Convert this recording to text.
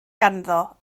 ganddo